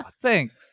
Thanks